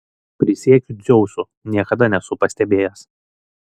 prisiekiu dzeusu niekada nesu pastebėjęs